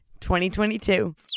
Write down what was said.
2022